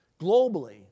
globally